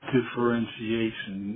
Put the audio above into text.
Differentiation